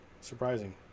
Surprising